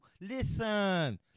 listen